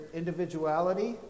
individuality